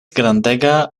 grandega